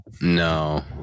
No